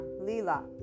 Lila